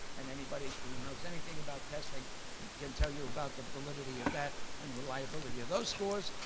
and anybody who knows anything about testing can tell you about the validity of that and reliability of those scores.